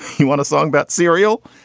he want a song about serial.